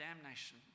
damnation